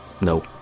No